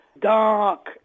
dark